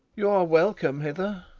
you are welcome hither.